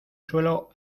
suelo